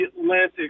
Atlantic